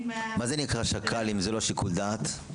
--- מה זה נקרא שקל אם זה לא שיקול דעת?